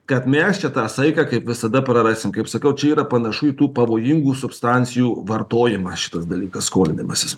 kad mes čia tą saiką kaip visada prarasim kaip sakiau čia yra panašu į tų pavojingų substancijų vartojimą šitas dalykas skolinimasis